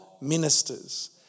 ministers